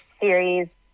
series